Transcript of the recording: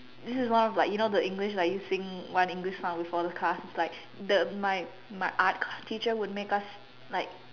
this is one of like you know the English let you think one English sound before the class like the my my art teacher would make us like